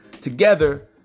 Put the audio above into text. together